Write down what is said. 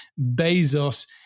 Bezos